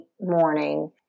morning